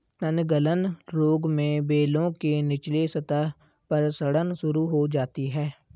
तनगलन रोग में बेलों के निचले सतह पर सड़न शुरू हो जाती है